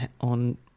on